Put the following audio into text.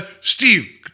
Steve